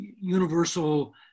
universal